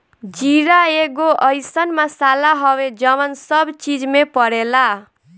जीरा एगो अइसन मसाला हवे जवन सब चीज में पड़ेला